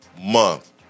month